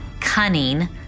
cunning